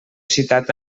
citat